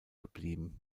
geblieben